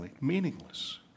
meaningless